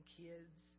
kids